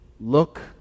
look